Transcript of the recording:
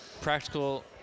practical